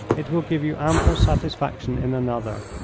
it will give you ample satisfaction in another.